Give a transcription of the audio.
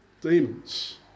demons